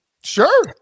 sure